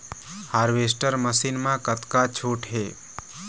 Harvester machine मा कतका छूट हे?